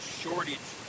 shortage